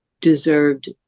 deserved